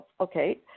Okay